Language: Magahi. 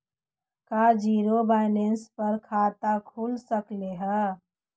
का जिरो बैलेंस पर खाता खुल सकले हे?